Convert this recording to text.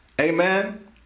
Amen